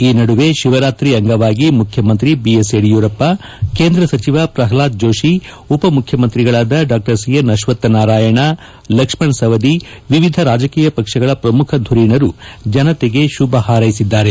ಈ ನಡುವೆ ಶಿವರಾತ್ರಿ ಅಂಗವಾಗಿ ಮುಖ್ಯಮಂತ್ರಿ ಬಿಎಸ್ ಯಡಿಯೂರಪ್ಪ ಕೇಂದ್ರ ಸಚಿವ ಪ್ರಹ್ಲಾದ್ ಜೋಶಿ ಉಪಮುಖ್ಯಮಂತ್ರಿಗಳಾದ ಡಾ ಸಿ ಎನ್ ಆಶ್ವಥ್ನಾರಾಯಣ ಲಕ್ಷ್ಮಣ ಸವದಿ ವಿವಿಧ ರಾಜಕೀಯ ಪಕ್ಷಗಳ ಪ್ರಮುಖ ಧುರೀಣರು ಜನತೆಗೆ ಶುಭ ಹಾರೈಸಿದ್ದಾರೆ